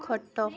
ଖଟ